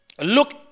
look